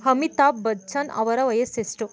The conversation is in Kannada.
ಅಮಿತಾಬ್ ಬಚ್ಚನ್ ಅವರ ವಯಸ್ಸೆಷ್ಟು